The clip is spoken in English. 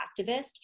activist